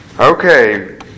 Okay